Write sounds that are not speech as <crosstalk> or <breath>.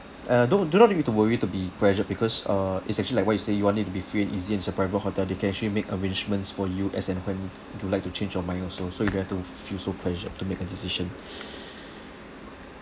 uh don't do not need to worry to be pressure because uh it's actually like what you say you want it to be free and easy it's a private hotel they can actually make arrangements for you as and when you like to change your mind also so you don't have to feel so pressured to make a decision <breath>